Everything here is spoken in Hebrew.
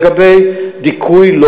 אבל הדברים האלה, אני אומר לגבי זה.